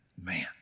Man